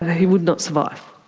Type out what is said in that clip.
he would not survive.